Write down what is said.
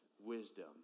wisdom